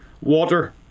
water